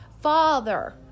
father